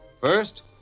First